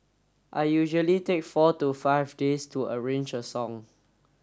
I usually take four to five days to arrange a song